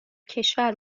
کشور